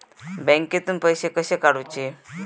बँकेतून पैसे कसे काढूचे?